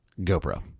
GoPro